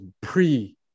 pre